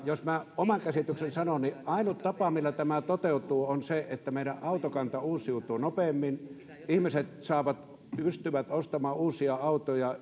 jos oman käsitykseni sanon niin ainut tapa millä tämä toteutuu on se että meidän autokanta uusiutuu nopeammin ihmiset pystyvät ostamaan uusia autoja